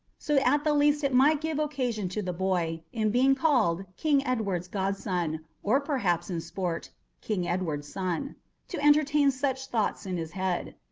so at the least it might give occasion to the boy, in being called king edward's godson or, perhaps in sport, king edward's son to entertain such thoughts in his head.